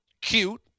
cute